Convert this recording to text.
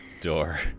door